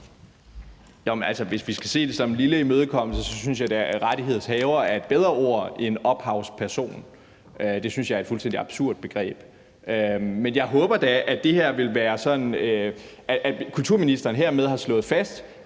Hvis vi kan se det som en lille imødekommelse, synes jeg da, at rettighedshaver er et bedre ord end ophavsmandsperson. Det synes jeg er et fuldstændig absurd begreb. Men jeg håber da, at det her vil være sådan, at kulturministeren hermed har slået fast,